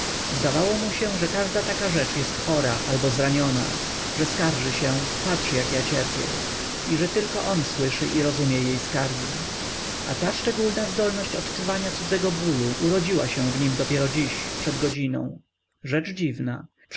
zdawało mu się że każda taka rzecz jest chora albo zraniona że skarży się patrz jak cierpię i że tylko on słyszy i rozumie jej skargi a ta szczególna zdolność odczuwania cudzego bolu urodziła się w nim dopiero dziś przed godziną rzecz dziwna